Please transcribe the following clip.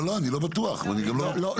לא לא אני גם לא בטוח, לא בהכרח.